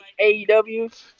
AEW